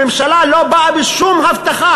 הממשלה לא באה עם שום הבטחה.